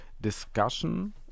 discussion